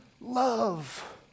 love